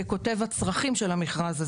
ככותב הצרכים של המרכז הזה.